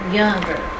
younger